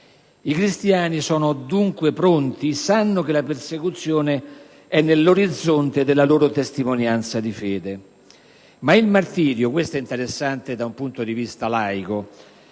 I cristiani sono dunque pronti e sanno che la persecuzione è nell'orizzonte della loro testimonianza di fede. Ma il martirio - questo è interessante da un punto di vista laico,